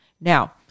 Now